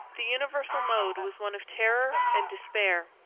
the universal mood was one of terror and despair.